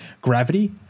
Gravity